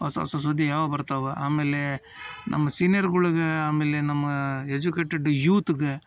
ಹೊಸ ಹೊಸ ಸುದ್ದಿ ಯಾವಾಗ ಬರ್ತಾವೆ ಆಮೇಲೆ ನಮ್ಮ ಸೀನಿಯರ್ಗಳಿಗೆ ಆಮೇಲೆ ನಮ್ಮ ಎಜುಕೇಟೆಡ್ ಯೂತ್ಗೆ